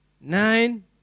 nine